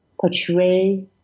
portray